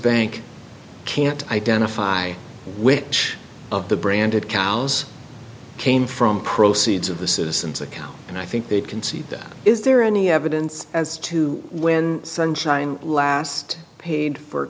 bank can't identify which of the branded cows came from proceeds of the citizens account and i think they'd concede that is there any evidence as to when sunshine last paid for